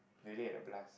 really had a blast